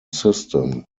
system